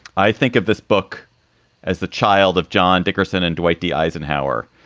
i think of this book as the child of john dickerson and dwight d. eisenhower,